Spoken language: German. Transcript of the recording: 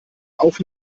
auf